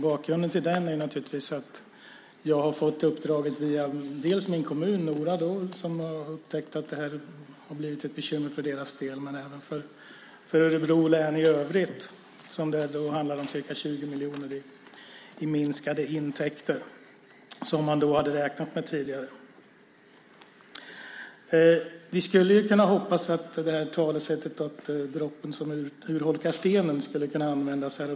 Bakgrunden till det var att jag fått uppdraget via min hemkommun Nora, som upptäckt att detta blivit ett bekymmer för deras del men även för Örebro län i övrigt. Det handlar om ca 20 miljoner i minskade intäkter, intäkter som de tidigare hade räknat med. Vi skulle kunna hoppas att talesättet om droppen som urholkar stenen kunde användas här.